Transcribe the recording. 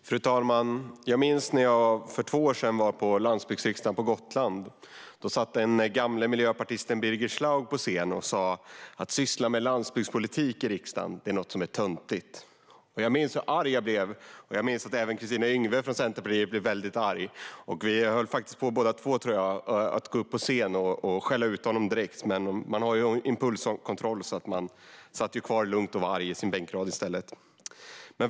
Fru talman! För två år sedan var jag på landsbygdsriksdagen på Gotland. Då satt den gamle miljöpartisten Birger Schlaug på scen och sa att det var töntigt att syssla med landsbygdspolitik i riksdagen. Jag minns hur arg jag blev. Jag minns att även Kristina Yngwe från Centerpartiet blev väldigt arg. Vi höll båda på att gå upp på scen och skälla ut honom direkt, men man har ju impulskontroll och satt i stället kvar i bänkraden och var arg.